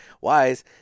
wise